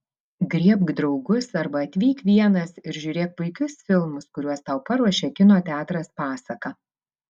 griebk draugus arba atvyk vienas ir žiūrėk puikius filmus kuriuos tau paruošė kino teatras pasaka